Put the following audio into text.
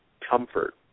comfort